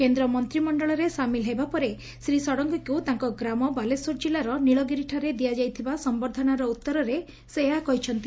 କେନ୍ଦ୍ର ମନ୍ତିମଶ୍ତଳରେ ସାମିଲ ହେବା ପରେ ଶ୍ରୀ ଷଡ୍ଙଙ୍ଗୀଙ୍କୁ ତାଙ୍କ ଗ୍ରାମ ବାଲେଶ୍ୱର ଜିଲ୍ବାର ନୀଳଗିରିଠାରେ ଦିଆଯାଇଥିବା ସମ୍ଭର୍ଦ୍ଧନାର ଉଉରରେ ସେ ଏହା କହିଛନ୍ତି